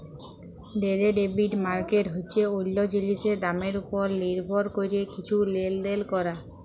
derivative market হছে অল্য জিলিসের দামের উপর লির্ভর ক্যরে কিছু লেলদেল ক্যরা